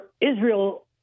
Israel